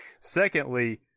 Secondly